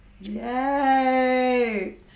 Yay